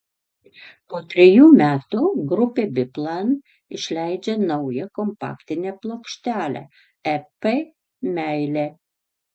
po trejų metų grupė biplan išleidžia naują kompaktinę plokštelę ep meilė